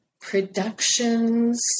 productions